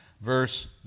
Verse